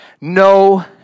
No